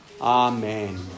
Amen